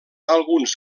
alguns